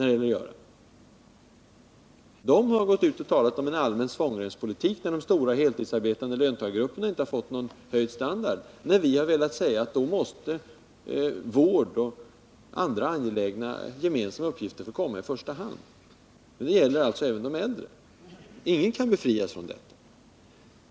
Det partiet har gått ut och talat om en allmän svångremspolitik, där de stora heltidsarbetande löntagargrupperna inte har fått någon höjd standard, när vi har velat säga att då måste vård och andra angelägna gemensamma uppgifter få komma i första hand. Det gäller alltså även de äldre — ingen kan befrias från detta.